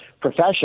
profession